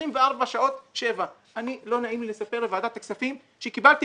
24/7. לא נעים לי לספר לוועדת הכספים שקיבלתי